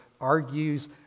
argues